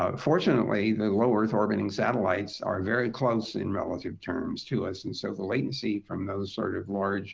um fortunately, the low-earth orbiting satellites are very close in relative terms to us. and so the latency from those sort of large